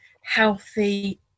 healthy